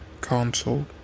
console